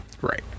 Right